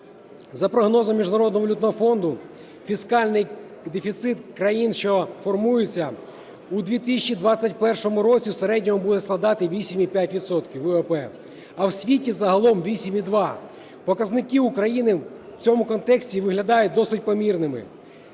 За прогнозами Міжнародного валютного фонду фіскальний дефіцит країн, що формуються, у 2021 році в середньому буде складати 8,5 відсотка ВВП, а у світі загалом – 8,2. Показники України в цьому контексті виглядають досить помірними.